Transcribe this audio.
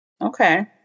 Okay